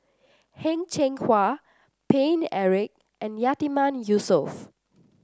Heng Cheng Hwa Paine Eric and Yatiman Yusof